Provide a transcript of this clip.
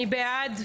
מי בעד?